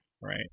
Right